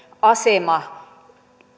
asema